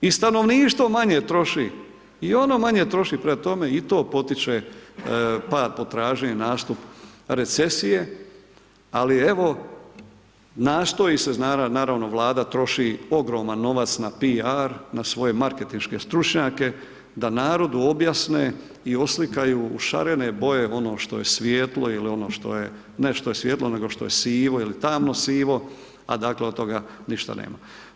I stanovništvo manje troši, i ono manje troši, prema tome i to potiče pad potražnje i nastup recesije, ali evo, nastoji se, naravno Vlada troši ogroman novac na piar na svoje marketinške stručnjake da narodu objasne i oslikaju u šarene boje ono što je svijetlo ili ono što je, ne što je svijetlo nego što je sivo ili tamo sivo, a dakle od toga ništa nema.